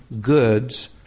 goods